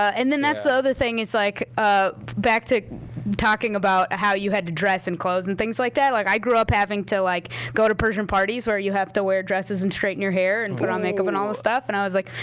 ah and then that's the other thing. it's like ah back to talking about how you had to dress, and clothes, and things like that, like i grew up having to like go to persian parties where you have to wear dresses and straighten your hair and put on makeup and all this stuff. and i was like,